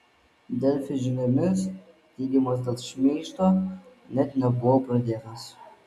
delfi žiniomis tyrimas dėl šmeižto net nebuvo pradėtas